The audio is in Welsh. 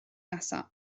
nesaf